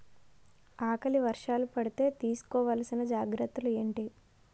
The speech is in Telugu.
ఆకలి వర్షాలు పడితే తీస్కో వలసిన జాగ్రత్తలు ఏంటి?